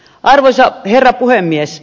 arvoisa herra puhemies